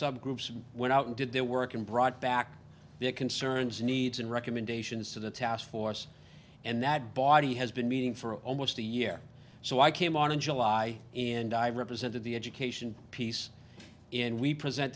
subgroups went out and did their work and brought back their concerns needs and recommendations to the task force and that body has been meeting for almost a year so i came on in july and i've represented the education piece in we present